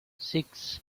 six